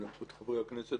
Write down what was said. בנוכחות חברי הכנסת,